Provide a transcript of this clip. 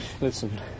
Listen